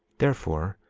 therefore,